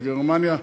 בגרמניה,